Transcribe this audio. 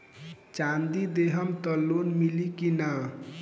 चाँदी देहम त लोन मिली की ना?